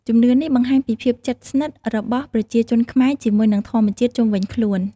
ជំនឿនេះបង្ហាញពីភាពជិតស្និទ្ធរបស់ប្រជាជនខ្មែរជាមួយនឹងធម្មជាតិជុំវិញខ្លួន។